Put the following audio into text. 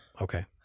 okay